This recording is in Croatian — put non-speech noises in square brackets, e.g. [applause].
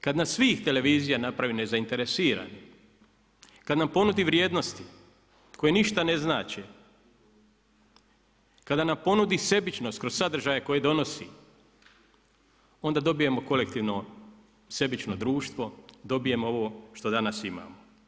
Kada nas … [unintelligible] televizija napravi nezainteresiranim, kada nam ponudi vrijednosti koje ništa ne znače, kada nam ponudi sebičnost kroz sadržaje koje donosi onda dobijemo kolektivno sebično društvo, dobijemo ovo što danas imamo.